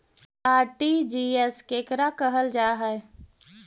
RTGS केकरा कहल जा है?